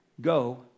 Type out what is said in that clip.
Go